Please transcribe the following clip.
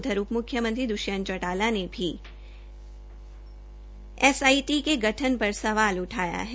उधर उप मुख्यमंत्री दुष्यंत चौटाला ने सेट के गठन पर सवाल उठाया है